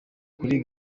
kuri